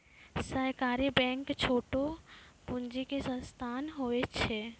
सहकारी बैंक छोटो पूंजी के संस्थान होय छै